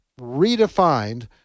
redefined